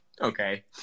Okay